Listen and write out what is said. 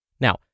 Now